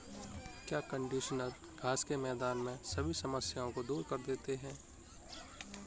क्या कंडीशनर घास के मैदान में सभी समस्याओं को दूर कर देते हैं?